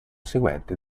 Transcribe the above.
seguente